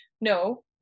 No